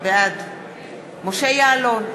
בעד משה יעלון,